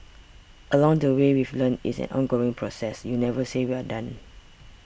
along the way we've learnt it's an ongoing process you never say we're done